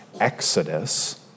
exodus